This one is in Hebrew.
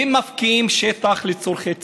אם מפקיעים שטח לצורכי ציבור,